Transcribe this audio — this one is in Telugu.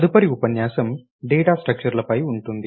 తదుపరి ఉపన్యాసం డేటా స్ట్రక్చర్లపై ఉంటుంది